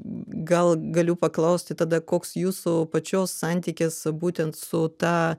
gal galiu paklausti tada koks jūsų pačios santykis būtent su ta